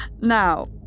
Now